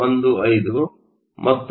215 ಮತ್ತು ಇದು 4